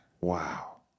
Wow